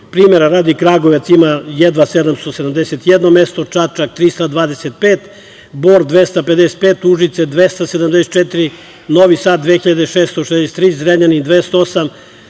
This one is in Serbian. Primera radi, Kragujevac ima jedva 771 mesto, Čačak 325, Bor 255, Užice 274, Novi Sad 2.663, Zrenjanin 208,